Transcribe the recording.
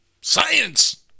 Science